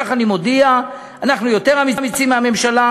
כך אני מודיע, אנחנו יותר אמיצים מהממשלה.